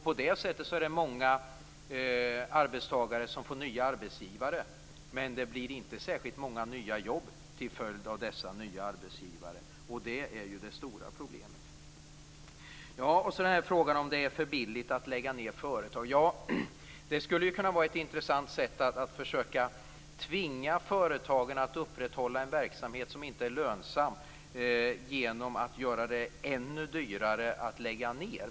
På det sättet är det många arbetstagare som får nya arbetsgivare, men det blir inte särskilt många nya jobb till följd av dessa nya arbetsgivare. Det är ju det stora problemet. En fråga var om det är för billigt att lägga ned företag. Det skulle kunna vara ett intressant sätt, att försöka tvinga företagen att upprätthålla en verksamhet som inte är lönsam genom att göra det ännu dyrare att lägga ned.